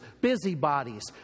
busybodies